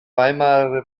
weimarer